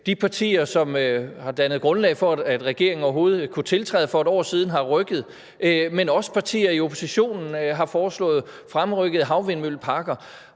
De partier, som har dannet grundlag for, at regeringen overhovedet kunne tiltræde for et år siden, har rykket i forhold til det, men også partier i oppositionen har foreslået fremrykkede havvindmølleparker.